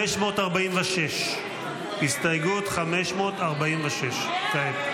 546. הסתייגות 546 כעת.